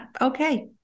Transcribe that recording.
okay